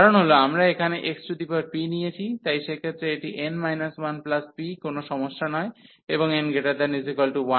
কারণ হল আমরা এখানে xp নিয়েছি তাই সেক্ষেত্রে এটি n 1p কোন সমস্যা নয় এবং n≥1